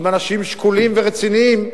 עם אנשים שקולים ורציניים,